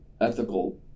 ethical